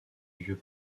vieux